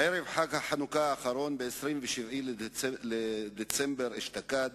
ערב חג החנוכה האחרון, ב-27 בדצמבר אשתקד,